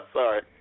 sorry